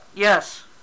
Yes